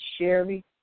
Sherry